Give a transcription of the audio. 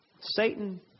Satan